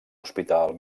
hospital